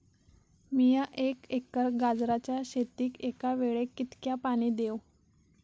मीया एक एकर गाजराच्या शेतीक एका वेळेक कितक्या पाणी देव?